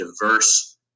diverse